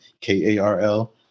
K-A-R-L